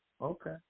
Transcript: Okay